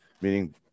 meaning